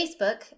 Facebook